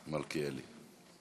מלכיאלי.